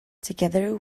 together